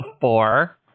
Four